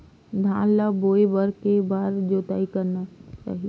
धान ल बोए बर के बार जोताई करना चाही?